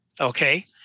okay